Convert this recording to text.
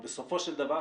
אבל בסופו של דבר,